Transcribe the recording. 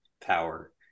power